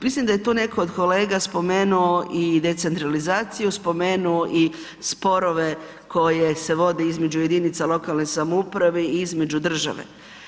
Mislim da je tu netko od kolega spomenuo i decentralizaciju, spomenuo i sporove koje se vode između lokalne samouprave i između države.